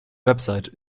website